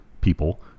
people